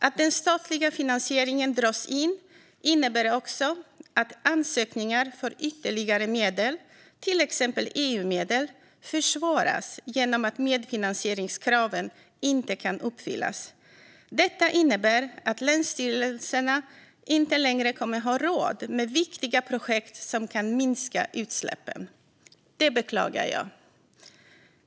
Att den statliga finansieringen dras in innebär också att ansökningar för ytterligare medel, till exempel EU-medel, försvåras genom att medfinansieringskraven inte kan uppfyllas. Detta innebär att länsstyrelserna inte längre kommer att ha råd med viktiga projekt som kan minska utsläppen. Det beklagar jag.